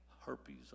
herpes